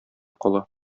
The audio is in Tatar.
кала